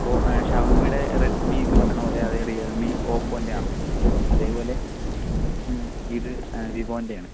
ഓ ആ ഷവോമിടെ റെഡ്മി ഒക്കെ പറയണ പോലെ അതെ റിയൽമി ഓപ്പോൻ്റെ ആണല്ലോ അതേപോലെ ഇത് വിവോൻ്റെയാണ്